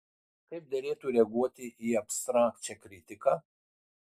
kaip derėtų reaguoti į abstrakčią kritiką